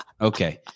Okay